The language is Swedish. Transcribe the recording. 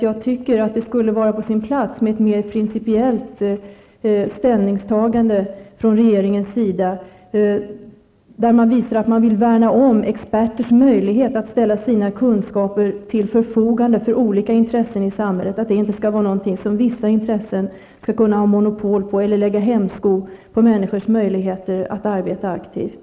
Jag tycker att det skulle vara på sin plats med ett mer principiellt ställningstagande från regeringens sida, som visar att man värnar om experters möjlighet att ställa sina kunskaper till förfogande för olika intressen i samhället. Vissa intressen i samhället skall inte kunna ha monopol på eller kunna lägga hämsko på människors möjligheter att arbeta aktivt.